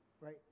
right